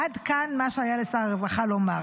עד כאן מה שהיה לשר הרווחה לומר.